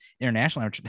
international